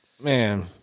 man